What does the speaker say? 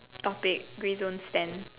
topic grey zone stand